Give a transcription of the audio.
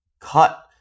cut